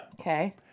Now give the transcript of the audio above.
Okay